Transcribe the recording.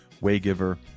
Waygiver